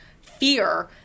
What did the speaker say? fear